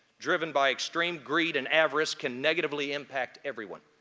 driven by extreme greed and avarice, can negatively impact everyone.